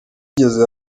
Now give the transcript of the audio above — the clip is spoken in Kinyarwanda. zigeze